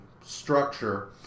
structure